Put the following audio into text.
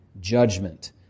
judgment